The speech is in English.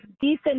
decent